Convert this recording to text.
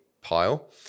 pile